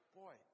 boy